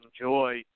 enjoy